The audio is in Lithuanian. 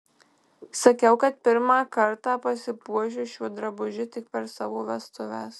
sakiau kad pirmą kartą pasipuošiu šiuo drabužiu tik per savo vestuves